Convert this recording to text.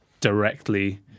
directly